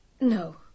No